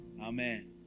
Amen